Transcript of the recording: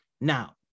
Now